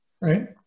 right